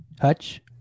Hutch